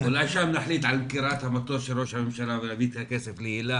אולי שם נחליט על סגירת המטוס של ראש הממשלה ונביא את הכסף להיל"ה,